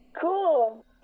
cool